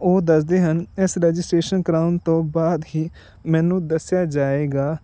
ਉਹ ਦੱਸਦੇ ਹਨ ਇਸ ਰਜਿਸਟਰੇਸ਼ਨ ਕਰਵਾਉਣ ਤੋਂ ਬਾਅਦ ਹੀ ਮੈਨੂੰ ਦੱਸਿਆ ਜਾਵੇਗਾ